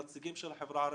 מהנציגים של החברה הערבית?